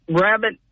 Rabbit